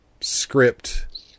script